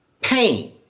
pain